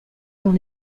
dans